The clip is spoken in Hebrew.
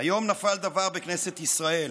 "היום נפל דבר בכנסת ישראל.